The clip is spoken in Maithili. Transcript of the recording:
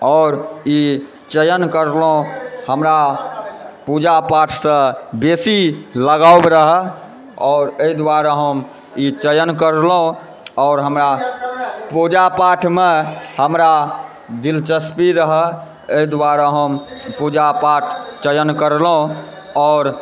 आओर ई चयन करलहुँ हमरा पूजा पाठसँ बेसी लगाव रहऽ आओर एहि दुआरे हम ई चयन करलहुँ आओर हमरा पुजा पाठमे हमरा दिलचस्पी रहय एहि दुआरे हम पूजा पाठ चयन करलहुँ आओर